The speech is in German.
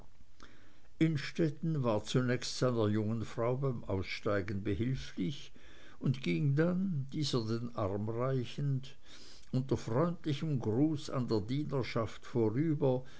innstetten war zunächst seiner jungen frau beim aussteigen behilflich und ging dann dieser den arm reichend unter freundlichem gruß an der dienerschaft vorüber